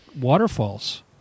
waterfalls